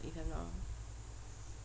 if I'm not wrong